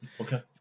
Okay